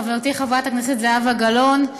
חברתי חברת הכנסת זהבה גלאון,